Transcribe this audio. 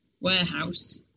warehouse